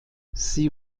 sie